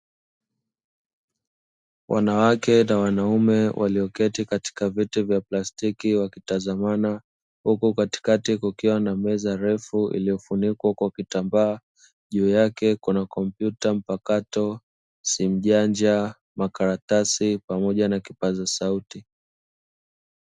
Wanawake na wanaume walioketi katika viti vya plastiki wakitazamana, huku katikati kukiwa na meza refu iliyofunikwa kwa vitambaa, juu yake kuna; kompyuta mpakato, simu janja, makaratasi pamoja na kipaza sauti.